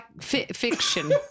fiction